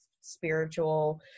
spiritual